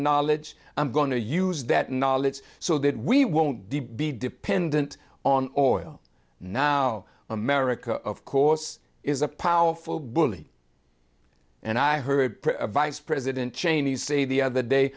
knowledge i'm going to use that knowledge so that we won't be dependent on oil now america of course is a powerful bully and i heard vice president cheney say the other day